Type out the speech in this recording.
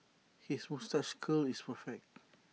his moustache curl is perfect